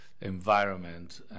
environment